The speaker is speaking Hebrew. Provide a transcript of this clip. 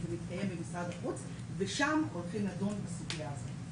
זה מתקיים במשרד החוץ ושם הולכים לדון בסוגיה הזאת.